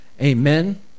Amen